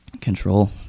Control